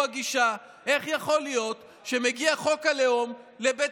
איך יכול להיות שמגיע חוק הלאום לבית